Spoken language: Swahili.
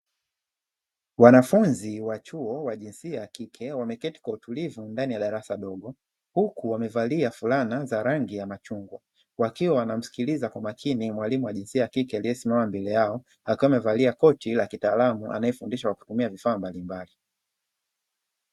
Wanafunzi wa chuo wa jinsia ya kike; wameketi kwa utulivu ndani ya darasa dogo. Huku wakevalia fulana za rangi ya machungwa, wakiwa wanamskiliza kwa makuni mwalimu wa jinsia ya kike aliyesimama mbele yao, akiwa amevalia koti ka kitaalamu anayefundisha kwa kutumia vifaa mbali mbali.